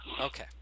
Okay